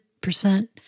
percent